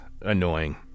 annoying